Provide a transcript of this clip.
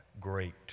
great